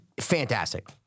Fantastic